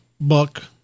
book